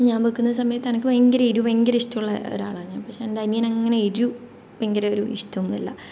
ഞാൻ വയ്ക്കുന്ന സമയത്ത് എനിക്ക് ഭയങ്കര എരിവ് ഭയങ്കര ഇഷ്ടമുള്ള ഒരാളാണ് ഞാൻ പക്ഷേ എൻ്റെ അനിയന് അങ്ങനെ എരിവ് ഭയങ്കര ഒരു ഇഷ്ടമൊന്നുമല്ല